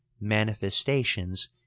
manifestations